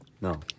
No